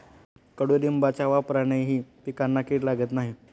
कडुलिंबाच्या वापरानेही पिकांना कीड लागत नाही